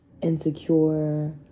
Insecure